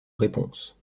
réponse